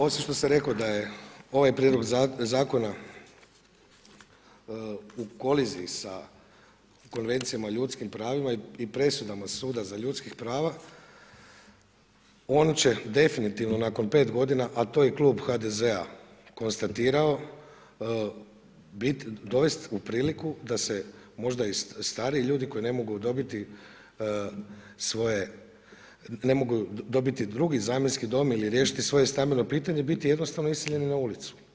Osim što sam rekao da je ovaj prijedlog zakona u koliziji sa Konvencijama o ljudskim pravima i presudama Suda za ljudska prava, ono će definitivno nakon pet godina, a to je i klub HDZ-a konstatirao biti, dovesti u priliku da se možda i stariji ljudi koji ne mogu dobiti svoje, ne mogu dobiti drugi zamjenski dom ili riješiti svoje stambeno pitanje biti jednostavno iseljeni na ulicu.